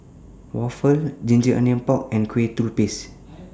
Waffle Ginger Onions Pork and Kueh Lupis